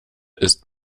ist